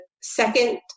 second